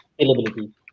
availability